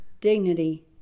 dignity